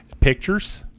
Pictures